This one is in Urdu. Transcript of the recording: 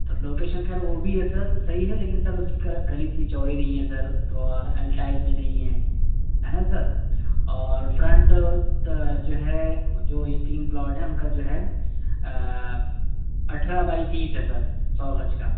تو لوکیشن خیر وہ بھی ہے سر صحیح ہے لیکن سر اُس کی گلّی اتنی چوڑی نہیں ہے سر تو اور ایل ٹائپ میں نہیں ہیں ہے نا سر اور فرنٹ جو ہے جو یہ تین پلاٹ ہیں اُن کا جو ہے اٹھارہ بائی تیس ہے سر سو گز کا